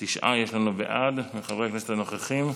תשעה יש לנו בעד מחברי הכנסת הנוכחים,